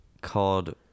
Called